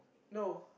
no